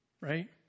right